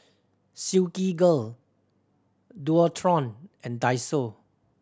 Silkygirl Dualtron and Daiso